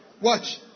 Watch